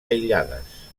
aïllades